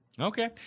Okay